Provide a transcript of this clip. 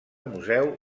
museu